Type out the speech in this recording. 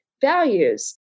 values